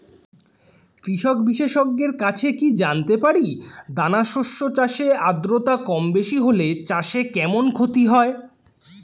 কৃষক বিশেষজ্ঞের কাছে কি জানতে পারি দানা শস্য চাষে আদ্রতা কমবেশি হলে চাষে কেমন ক্ষতি হয়?